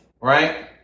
right